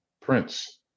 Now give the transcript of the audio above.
Prince